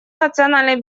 национальной